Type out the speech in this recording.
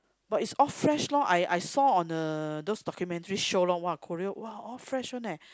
but is all fresh loh I I saw on a those documentary show loh !wah! Korea !wah! all fresh one leh